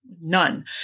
None